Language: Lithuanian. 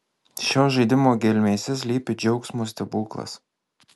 šio žaidimo gelmėse slypi džiaugsmo stebuklas